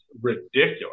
ridiculous